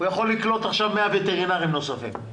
הוא יכול לקלוט עכשיו 100 וטרינרים נוספים.